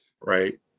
right